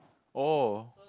oh